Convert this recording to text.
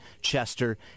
Chester